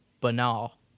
banal